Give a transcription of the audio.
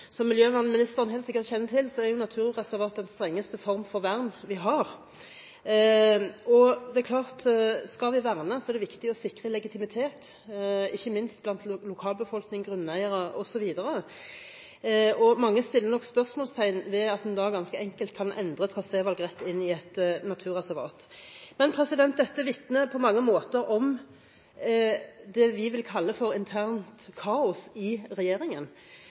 Som miljøvernministeren helt sikkert kjenner til, er naturreservat den strengeste form for vern vi har. Skal vi verne, er det viktig å sikre legitimitet, ikke minst blant lokalbefolkning, grunneiere osv., og mange setter nok spørsmålstegn ved at man da ganske enkelt kan endre trasévalg rett inn i et naturreservat. Dette vitner på mange måter om det vi vil kalle internt kaos i regjeringen,